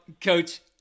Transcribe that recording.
Coach